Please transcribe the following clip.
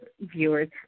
viewers